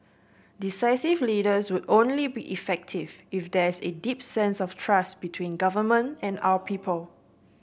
decisive leaders would only be effective if there's a deep sense of trust between government and our people